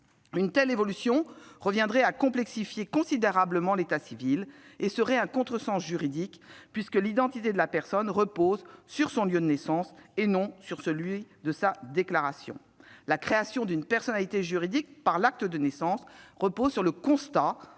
Une telle évolution reviendrait à complexifier considérablement l'état civil et serait un contresens juridique, puisque l'identité de la personne repose sur son lieu de naissance, et non sur celui de la déclaration de naissance. En effet, la création d'une personnalité juridique par l'acte de naissance repose sur le constat